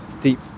deep